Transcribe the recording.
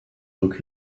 look